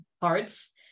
parts